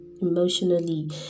emotionally